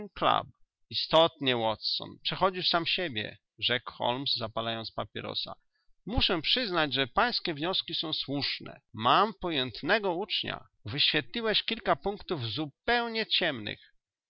istotnie watson przechodzisz sam siebie rzekł holmes zapalając papierosa muszę przyznać że pańskie wnioski są słuszne mam pojętnego ucznia wyświetliłeś kilka punktów zupełnie ciemnych